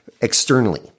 externally